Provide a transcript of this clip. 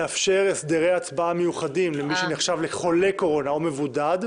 הצבעה מיוחדים למי שנחשב לחולה קורונה או מבודד.